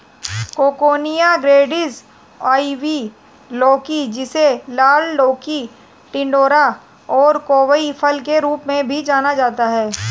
coccinia grandis, ivy लौकी, जिसे लाल लौकी, टिंडोरा और कोवाई फल के रूप में भी जाना जाता है